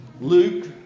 Luke